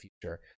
future